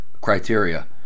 criteria